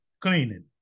Cleaning